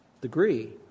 degree